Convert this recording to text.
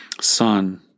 son